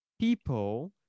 people